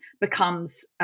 becomes